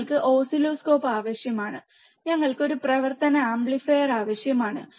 ഞങ്ങൾക്ക് ഓസിലോസ്കോപ്പ് ആവശ്യമാണ് ഞങ്ങൾക്ക് ഒരു പ്രവർത്തന ആംപ്ലിഫയർ ആവശ്യമാണ്